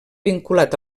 vinculat